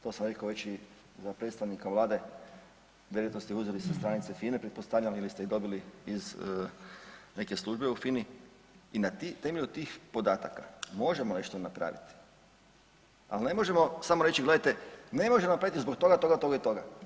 To sam rekao i već za predstavnika Vlade vjerojatno ste uzeli sa stranice FINE pretpostavljam ili ste ih dobili iz neke službe u FINI i na temelju tih podataka možemo nešto napraviti, ali ne možemo samo reći gledajte ne možemo napraviti zbog toga, toga i toga.